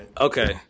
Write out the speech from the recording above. Okay